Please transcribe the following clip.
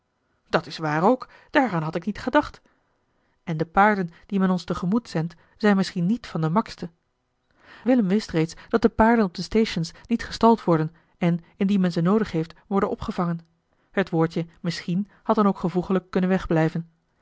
dat is waar ook daaraan had ik niet gedacht en de paarden die men ons te gemoet zendt zijn misschien niet van de makste willem wist reeds dat de paarden op de stations niet gestald worden en indien men ze noodig heeft worden opgevangen het woordje misschien had dan ook gevoeglijk kunnen wegblijven